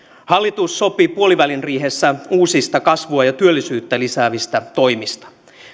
hallitus sopi puolivälin riihessä uusista kasvua ja työllisyyttä lisäävistä toimista